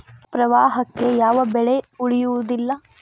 ಪ್ರವಾಹಕ್ಕೆ ಯಾವ ಬೆಳೆಯು ಉಳಿಯುವುದಿಲ್ಲಾ